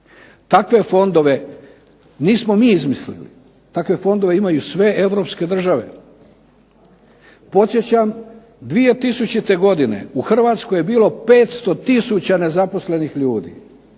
Takve fondove nismo mi izmislili, takve fondove imaju sve europske države. Podsjećam 2000. godine u Hrvatskoj je bilo 500 tisuća nezaposlenih ljudi,